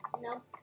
No